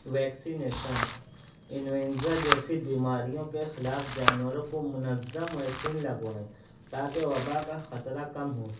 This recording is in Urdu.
ویکسینیشن انوینزا جیسی بیماریوں کے خلاف جانوروں کو منظم ویکسین لگوائیں تاکہ وبا کا خطرہ کم ہو